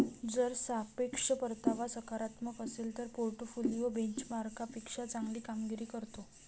जर सापेक्ष परतावा सकारात्मक असेल तर पोर्टफोलिओ बेंचमार्कपेक्षा चांगली कामगिरी करतो